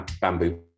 bamboo